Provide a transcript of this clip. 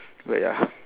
but ya